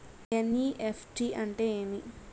NEFT అంటే ఏమి